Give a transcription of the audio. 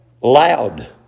loud